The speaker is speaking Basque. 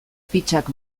fitxak